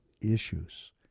issues